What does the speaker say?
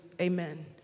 Amen